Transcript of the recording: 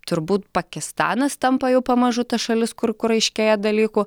turbūt pakistanas tampa jau pamažu ta šalis kur kur aiškėja dalykų